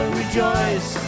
rejoice